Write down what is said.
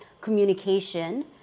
Communication